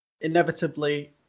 Inevitably